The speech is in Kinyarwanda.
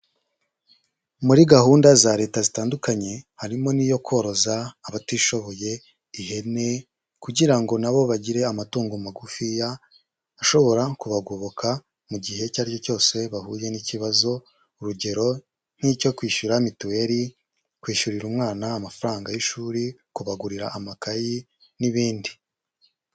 Muri gahunda za leta zitandukanye, harimo n'iyo koroza abatishoboye ihene, kugira ngo na bo bagire amatungo magufiya, ashobora kubagoboka mu gihe icyo ari cyo cyose bahuye n'ikibazo, urugero nk'icyo kwishyura mituweri, kwishyurira umwana amafaranga y'ishuri, kubagurira amakayi, n'ibindi.